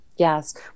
Yes